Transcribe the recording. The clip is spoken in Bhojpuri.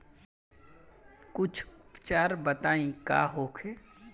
कुछ उपचार बताई का होखे?